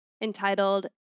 entitled